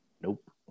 Nope